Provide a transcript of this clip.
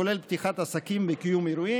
כולל פתיחת עסקים וקיום אירועים,